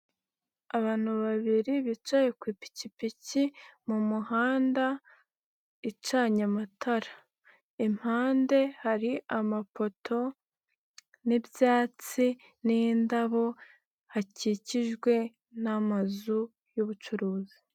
Abantu babiri bicaye ku ipikipiki mu muhanda icanye amatara, impande hari amapoto n'ibyatsi n'indabo hakikijwe n'amazu y'ubucuruzi.